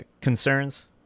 concerns